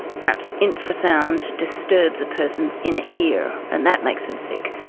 perhaps infra-sound disturbs a person's inner ear and that makes them sick.